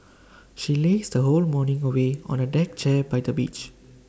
she lazed her whole morning away on A deck chair by the beach